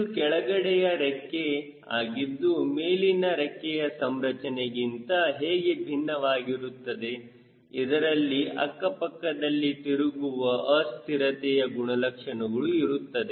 ಇದು ಕೆಳಗಡೆಯ ರೆಕ್ಕೆ ಆಗಿದ್ದು ಮೇಲಿನ ರೆಕ್ಕೆಯ ಸಂರಚನೆಗಿಂತ ಹೀಗೆ ವಿಭಿನ್ನವಾಗಿರುತ್ತದೆ ಇದರಲ್ಲಿ ಅಕ್ಕಪಕ್ಕದಲ್ಲಿ ತಿರುಗುವ ಅಸ್ಥಿರತೆಯ ಗುಣಲಕ್ಷಣಗಳು ಇರುತ್ತದೆ